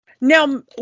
Now